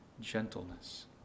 gentleness